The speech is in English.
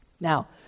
now